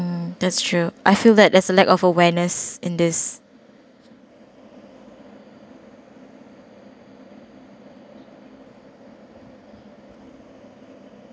that's true I feel that there's a lack of awareness in this